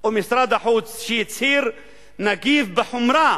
ומשרד החוץ, שהצהירו: נגיב בחומרה